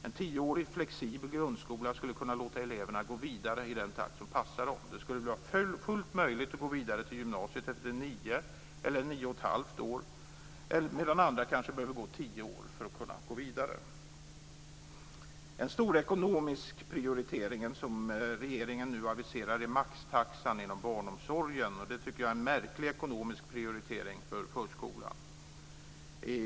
En tioårig flexibel grundskola skulle kunna låta eleverna gå vidare i den takt som passar dem. Det skulle vara fullt möjligt att gå vidare till gymnasiet efter nio eller nio och ett halvt år, medan andra kanske behöver gå tio år för att kunna gå vidare. En stor ekonomisk prioritering som regeringen nu aviserar är maxtaxan inom barnomsorgen. Jag tycker att det är en märklig ekonomisk prioritering för förskolan.